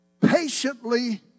patiently